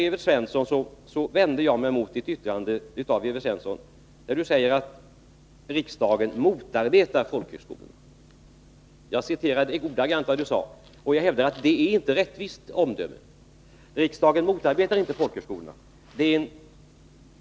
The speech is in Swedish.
Jag vände mig mot Evert Svenssons yttrande att riksdagen motarbetar folkhögskolorna, och jag citerade ordagrant vad han sade. Jag hävdar att det inte är ett rättvist omdöme. Riksdagen motarbetar inte folkhögskolorna.